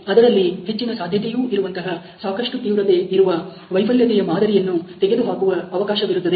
ಅದರಲ್ಲಿ ಹೆಚ್ಚಿನ ಸಾಧ್ಯತೆಯೂ ಇರುವಂತಹ ಸಾಕಷ್ಟು ತೀವ್ರತೆ ಇರುವ ವೈಫಲ್ಯತೆಯ ಮಾದರಿಯನ್ನು ತೆಗೆದುಹಾಕುವ ಅವಕಾಶವಿರುತ್ತದೆ